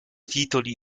titoli